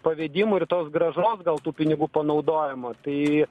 pavedimų ir tos grąžos gal tų pinigų panaudojimo tai